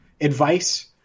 advice